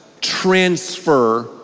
transfer